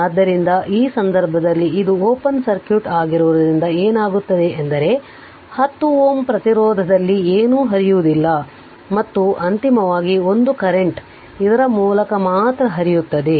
ಆದ್ದರಿಂದ ಈ ಸಂದರ್ಭದಲ್ಲಿ ಇದು ಓಪನ್ ಸರ್ಕ್ಯೂಟ್ ಆಗಿರುವುದರಿಂದ ಏನಾಗುತ್ತದೆ ಎಂದರೆ 10 Ω ಪ್ರತಿರೋಧದಲ್ಲಿ ಏನೂ ಹರಿಯುವುದಿಲ್ಲ ಮತ್ತು ಅಂತಿಮವಾಗಿ ಒಂದು ಕರೆಂಟ್ ಇದರ ಮೂಲಕ ಮಾತ್ರ ಹರಿಯುತ್ತದೆ